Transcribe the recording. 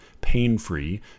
pain-free